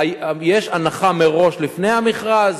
יש הנחה מראש, לפני המכרז.